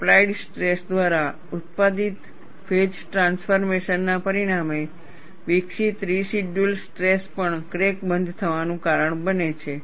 applied stress દ્વારા ઉત્પાદિત phase transformation ના પરિણામે વિકસિત રેસિડયૂઅલ સ્ટ્રેસ પણ ક્રેક બંધ થવાનું કારણ બને છે